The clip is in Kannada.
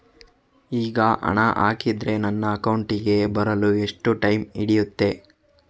ಈಗ ಹಣ ಹಾಕಿದ್ರೆ ನನ್ನ ಅಕೌಂಟಿಗೆ ಬರಲು ಎಷ್ಟು ಟೈಮ್ ಹಿಡಿಯುತ್ತೆ?